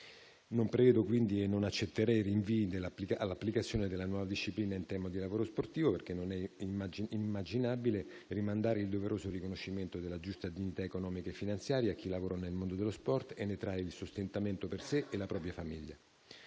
Non accetterei pertanto rinvii all'applicazione della nuova disciplina in tema di lavoro sportivo, perché non è immaginabile rimandare il doveroso riconoscimento della giusta dignità economica e finanziaria a chi lavora nel mondo dello sport e ne trae il sostentamento per sé e la propria famiglia: